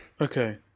Okay